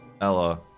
Ella